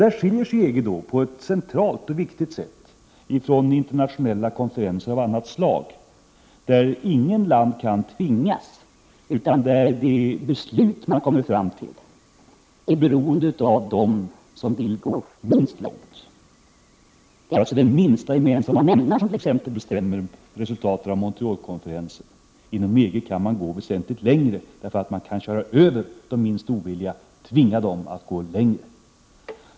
Där skiljer sig EG på ett centralt och viktigt sätt ifrån internationella konferenser, där inget land kan tvingas, utan där de beslut man kommer fram till är beroende av de länder som vill gå minst långt. Det blir då den minsta gemensamma nämnaren som blir bestämmande. Som exempel kan nämnas resultatet av Montreal-konferensen. Inom EG kan man gå väsentligt längre, eftersom man kan köra över de mest ovilliga genom att förlägga dem att gå längre.